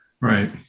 Right